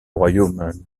royaume